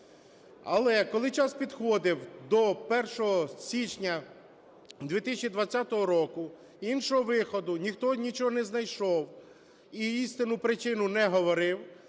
Але, коли час підходив до 1 січня 2020 року, іншого виходу ніхто нічого не знайшов і істинну причину не говорив,